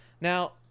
Now